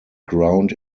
ground